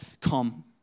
come